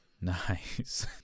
Nice